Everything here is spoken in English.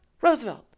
roosevelt